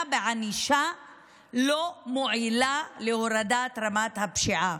בענישה לא מועילה להורדת רמת הפשיעה,